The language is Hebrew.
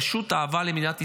פשוט אהבה למדינת ישראל,